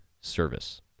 service